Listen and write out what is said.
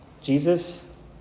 Jesus